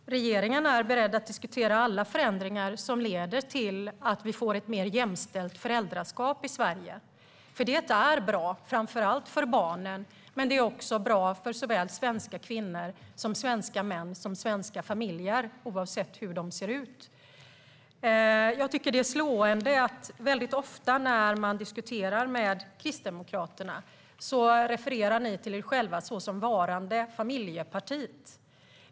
Herr talman! Regeringen är beredd att diskutera alla förändringar som leder till att vi får ett mer jämställt föräldraskap i Sverige. Det är bra, framför allt för barnen men också för svenska kvinnor, svenska män och svenska familjer, oavsett hur de ser ut. I diskussioner refererar Kristdemokraterna slående ofta till sig självt som familjepartiet.